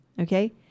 Okay